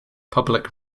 public